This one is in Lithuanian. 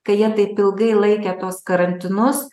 kai jie taip ilgai laikė tuos karantinus